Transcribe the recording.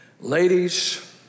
Ladies